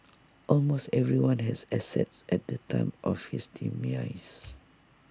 almost everyone has assets at the time of his demise